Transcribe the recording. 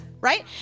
right